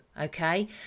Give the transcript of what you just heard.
Okay